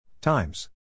Times